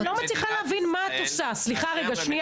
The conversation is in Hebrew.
אני לא מצליחה להבין מה את עושה, לא.